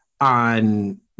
on